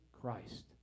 Christ